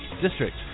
district